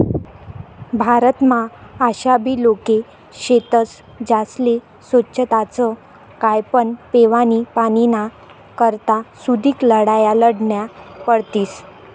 भारतमा आशाबी लोके शेतस ज्यास्ले सोच्छताच काय पण पेवानी पाणीना करता सुदीक लढाया लढन्या पडतीस